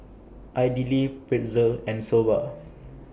Idili Pretzel and Soba